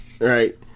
Right